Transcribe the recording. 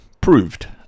proved